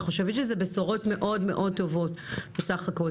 אני חושבת שזה בשורות מאוד טובות בסך הכול.